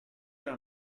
era